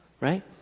right